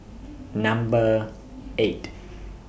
Number eight